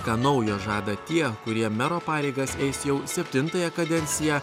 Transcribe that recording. ką naujo žada tie kurie mero pareigas eis jau septintąją kadenciją